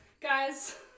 Guys